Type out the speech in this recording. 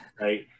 right